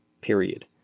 period